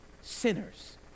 sinners